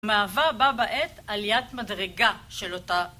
מהווה בא בעת עליית מדרגה של אותה